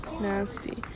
Nasty